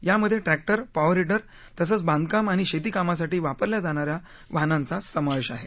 यामध्ये tractor power हिटर तसंच बांधकाम आणि शेती कामासाठी वापरल्या जाणाऱ्या वाहनांचा समावेश आहे